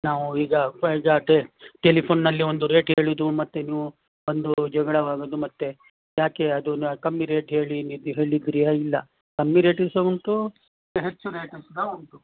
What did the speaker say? ನಾವು ಈಗ ಟೆಲಿಫೋನಲ್ಲಿ ಒಂದು ರೇಟ್ ಹೇಳುದು ಮತ್ತು ನೀವು ಬಂದು ಜಗಳವಾಗೋದು ಮತ್ತು ಯಾಕೆ ಅದನ ಕಮ್ಮಿ ರೇಟ್ ಹೇಳಿ ನೀವು ಹೇಳಿದ್ರಾ ಇಲ್ಲ ಕಮ್ಮಿ ರೇಟಿದ್ದು ಸಹ ಉಂಟು ಹೆಚ್ಚು ರೇಟಿದು ಸಹ ಉಂಟು